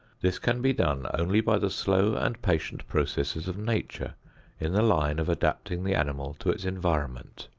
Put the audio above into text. this can be done only by the slow and patient processes of nature in the line of adapting the animal to its environment.